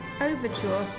Overture